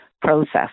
process